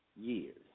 years